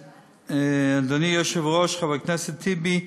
אדוני היושב-ראש, חבר הכנסת טיבי,